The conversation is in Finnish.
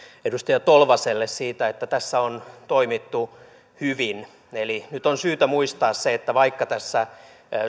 edustaja tolvaselle siitä että tässä on toimittu hyvin eli nyt on syytä muistaa se että vaikka tässä